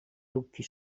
boekje